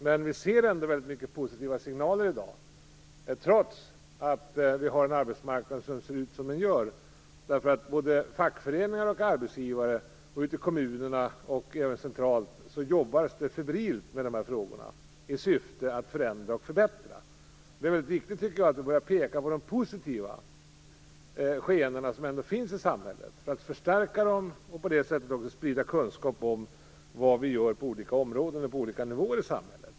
Men vi ser ändå väldigt många positiva signaler i dag, trots att arbetsmarknaden ser ut som den gör. Både fackföreningar och arbetsgivare ute i kommunerna och även centralt jobbar febrilt med dessa frågor i syfte att förändra och förbättra. Det är väldigt viktigt att börja peka på de positiva förändringar som ändå har gjorts i samhället för att förstärka dem och på det sättet också sprida kunskap om vad vi gör på olika områden och på olika nivåer i samhället.